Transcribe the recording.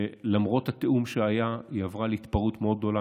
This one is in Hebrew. שלמרות התיאום שהיה היא הפכה להתפרעות מאוד גדולה.